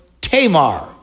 Tamar